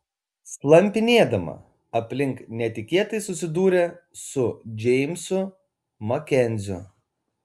slampinėdama aplink netikėtai susidūrė su džeimsu makenziu